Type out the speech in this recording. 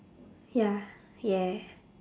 ya yeah